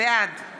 בעד חיים